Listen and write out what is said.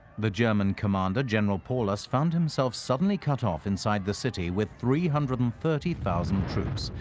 the german commander, general paulus, found himself suddenly cut off inside the city with three hundred and thirty thousand troops,